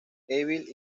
evil